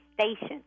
station